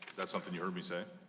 something you heard me say?